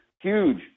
huge